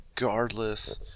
regardless